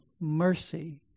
mercy